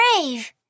brave